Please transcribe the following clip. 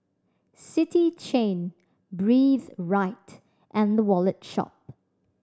City Chain Breathe Right and The Wallet Shop